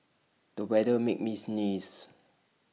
the weather made me sneeze